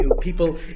people